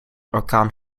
orkaan